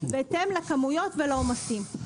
בהתאם לכמויות ולעומסים.